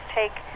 take